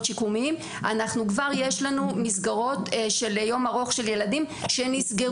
שיקומיים כבר יש לנו מסגרות של יום ארוך של ילדים שנסגרו,